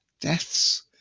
deaths